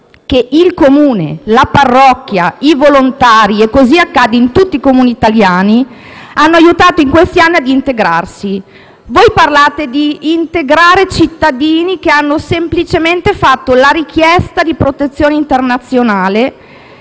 che il Comune, la parrocchia, i volontari - e così accade in tutti i Comuni italiani - hanno aiutato in questi anni a integrarsi. Voi parlate di integrare cittadini che hanno semplicemente fatto richiesta di protezione internazionale,